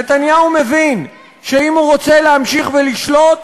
נתניהו מבין שאם הוא רוצה להמשיך לשלוט,